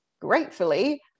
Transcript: gratefully